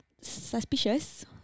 suspicious